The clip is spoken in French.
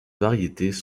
variétés